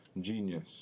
Genius